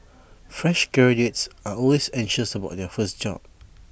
fresh graduates are always anxious about their first job